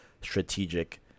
strategic